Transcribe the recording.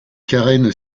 carène